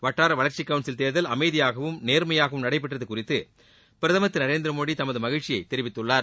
வட்டார வளர்ச்சி கவுன்சில் தேர்தல் அமைதியாகவும் நேர்மையாகவும் நடைபெற்றது குறித்து பிரதமர் திரு நரேந்திரமோடி தமது மகிழ்ச்சியை தெரிவித்துள்ளார்